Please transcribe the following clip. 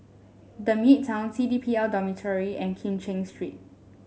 The Midtown C D P L Dormitory and Kim Cheng Street